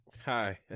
hi